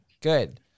Good